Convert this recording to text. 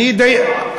אני אדייק.